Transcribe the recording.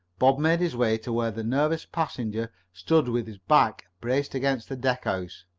bob made his way to where the nervous passenger stood with his back braced against a deckhouse.